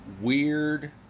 Weird